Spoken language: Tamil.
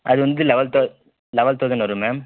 அது வந்து லெவல் தவு லெவல் தவுசண்ட் வரும் மேம்